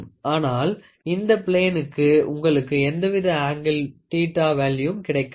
ஆனால் இந்த பிளேனுக்கு உங்களுக்கு எந்தவித ஆங்கில் θ வேல்யுவும் கிடைக்காது